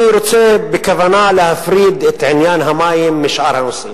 אני רוצה בכוונה להפריד את עניין המים משאר הנושאים,